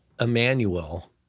Emmanuel